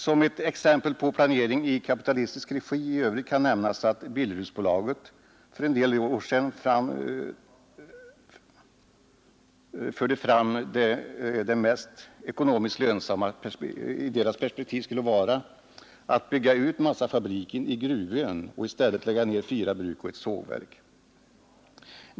Som ett exempel på planering i kapitalistisk regi i övrigt kan nämnas att Billeruds AB för en del år sedan förde fram att det ekonomiskt mest lönsamma i deras perspektiv skulle vara att bygga ut massafabriken i Gruvön och i stället lägga ner fyra bruk och ett sågverk.